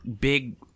big